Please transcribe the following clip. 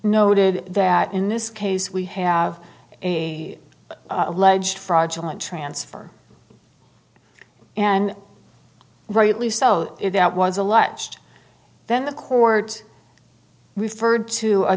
noted that in this case we have a alleged fraudulent transfer and rightly so if that was alleged then the court referred to a